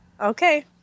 Okay